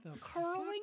Curling